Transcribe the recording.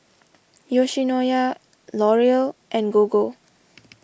Yoshinoya L'Oreal and Gogo